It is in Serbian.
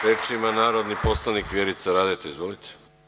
Reč ima narodni poslanik Vjerica Radeta, izvolite.